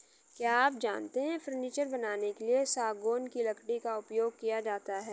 क्या आप जानते है फर्नीचर बनाने के लिए सागौन की लकड़ी का उपयोग किया जाता है